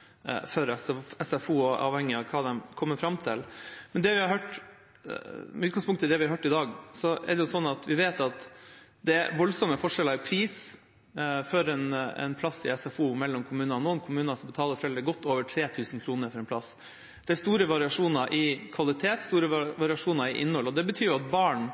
for så vidt være relevant også for SFO, avhengig av hva de kommer fram til. Med utgangspunkt i det vi har hørt i dag, vet vi at det er voldsomme forskjeller i pris for en plass i SFO mellom kommunene. I noen kommuner betaler foreldrene godt over 3 000 kr for en plass. Det er store variasjoner både i kvalitet og i innhold, og det betyr jo at barn,